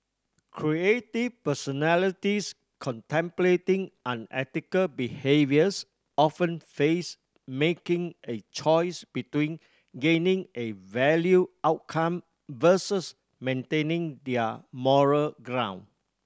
creative personalities contemplating unethical behaviours often face making a choice between gaining a valued outcome versus maintaining their moral ground